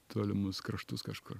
tolimus kraštus kažkur